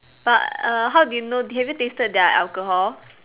but uh how do you know have you tasted their alcohol